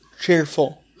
cheerful